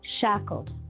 Shackled